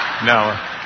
No